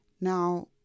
Now